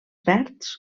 verds